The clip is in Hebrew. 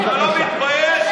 שמונה מהן הוא היה בממשלה.